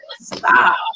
stop